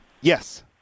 Yes